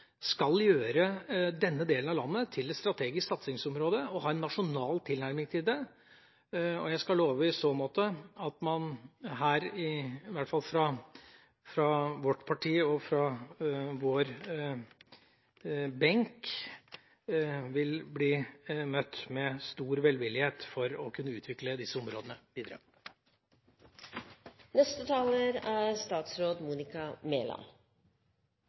skal gjøre denne delen av landet til et strategisk satsingsområde og ha en nasjonal tilnærming til det. I så måte skal jeg love at man i hvert fall fra vårt parti og fra vår benk vil bli møtt med stor velvilje for å kunne utvikle disse områdene videre. Først og fremst: Takk for hyggelig hilsen fra interpellanten. En av Høyre–Fremskrittsparti-regjeringens viktigste oppgaver er